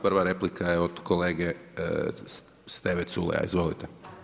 Prva replika je od kolege Steve Culeja, izvolite.